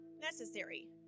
necessary